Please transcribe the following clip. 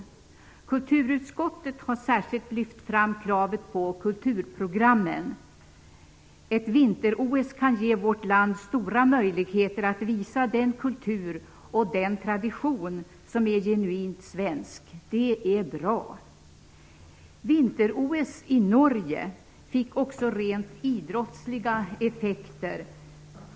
Kulturutskottet har särskilt lyft fram kravet på kulturprogrammen. Ett vinter OS kan ge vårt land stora möjligheter att visa den kultur och den tradition som är genuint svensk. Det är bra. Vinter-OS i Norge fick också rent idrottsliga effekter.